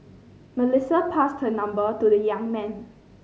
Melissa passed her number to the young man